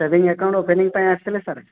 shaving account opening ପାଇଁ ଆସିଥିଲେ sir